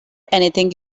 anything